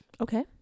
Okay